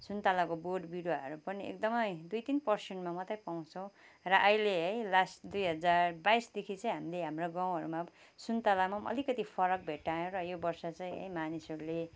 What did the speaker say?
सुन्तलाको बोट बिरुवाहरू पनि एकदमै दुई तिन परसेन्टमा मात्रै पाउँछौँ र अहिले है लास्ट दुई हजार बाइसदेखि चाहिँ हामीले हाम्रो गाउँहरूमा सुन्तलामा पनि अलिकति फरक भेट्टायौँ र यो वर्ष चाहिँ है मानिसहरूले